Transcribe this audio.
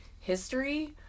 history